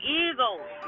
eagles